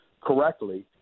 correctly